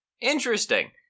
interesting